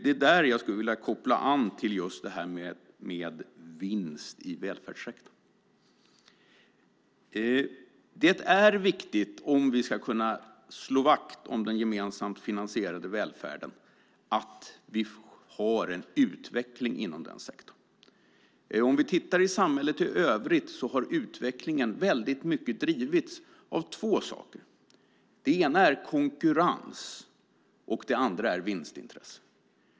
Det här skulle jag vilja koppla till vinst i välfärdssektorn. Ska vi kunna slå vakt om den gemensamt finansierade välfärden är det viktigt att vi har en utveckling inom denna sektor. Ser vi på samhället i övrigt har utvecklingen mycket drivits av två saker. Det ena är konkurrens, och det andra är vinstintresse.